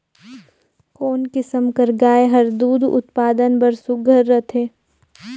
कोन किसम कर गाय हर दूध उत्पादन बर सुघ्घर रथे?